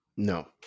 No